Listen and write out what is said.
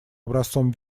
образцом